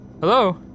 hello